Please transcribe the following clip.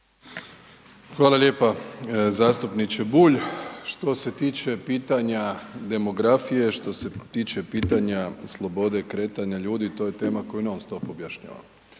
Hvala lijepa zastupniče Bulj. Što se tiče pitanja demografije, što se tiče pitanja slobode kretanja ljudi, to je tema koju non stop objašnjavam.